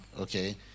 Okay